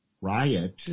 riot